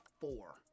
four